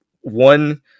one